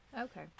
Okay